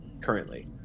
currently